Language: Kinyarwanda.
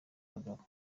bagabo